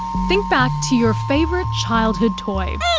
think back to your favourite childhood toy.